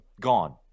gone